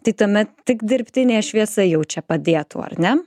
tai tuomet tik dirbtinė šviesa jau čia padėtų ar ne